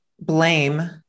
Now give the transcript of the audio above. blame